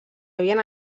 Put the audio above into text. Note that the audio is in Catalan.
havien